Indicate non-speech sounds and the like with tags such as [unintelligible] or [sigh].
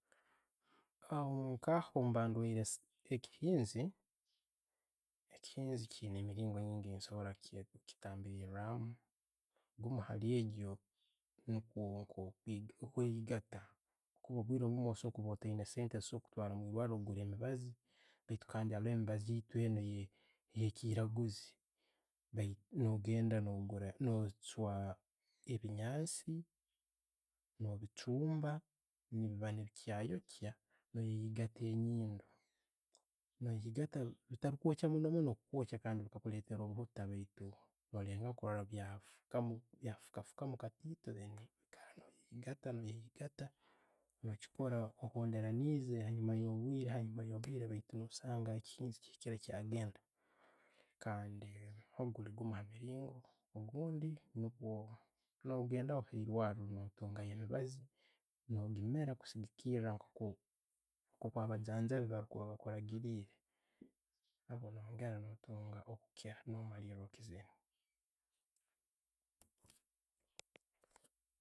Nka ho, bwemba ndwaire ekihiinzi, ekihiinzi kiyiina emiringo nyiingi bwensobora kuchitangiramu, halihalyegyo niikwo okweigaata. Obwiire osobora kuba ottayine sente ezo'kutwara omwirrwaho okagura emibaazi baitu haroho emibaazi eyeitu enu eya chiraguuzi, no genda no'chuwa ebinyansi, no'bichumba, niibiba ne'bichayoka, noigaata enyindo. Noigata bitarikwokya munno munno kukwokya kukuleetera obbuta baitu orengaho bya fukamu, bya fukafukamu katito, noyegatta, noyegetta nokikora ohondereize. Hanjuma yo'bwiire, no sanga ekihinzi kihikire kyagenda kandi ogwo guli gumu hamulingo. Okundi, no'gendaho ahairwaro no'tungayo omubaazi omiira kusigikiira nka bajanjabi bakuragiriire, noyengera no' kukiira, no [unintelligible] okiziire.